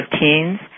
teens